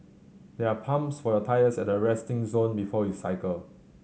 there are pumps for your tyres at the resting zone before you cycle